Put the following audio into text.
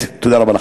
תודה רבה לך.